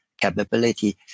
capability